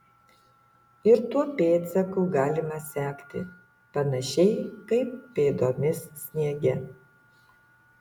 ir tuo pėdsaku galima sekti panašiai kaip pėdomis sniege